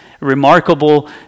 Remarkable